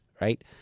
Right